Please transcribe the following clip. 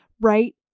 right